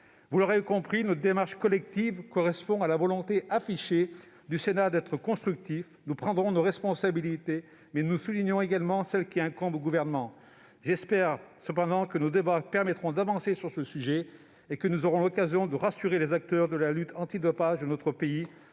Vous l'aurez compris, notre démarche collective correspond à la volonté affichée du Sénat d'être constructif. Nous prendrons nos responsabilités, mais nous soulignons également celles qui incombent au Gouvernement. J'espère cependant que nos débats permettront d'avancer sur le sujet, et que nous aurons l'occasion de rassurer les acteurs de la lutte antidopage de notre pays.